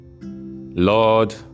Lord